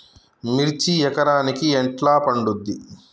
మిర్చి ఎకరానికి ఎట్లా పండుద్ధి?